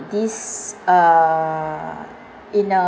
this uh in uh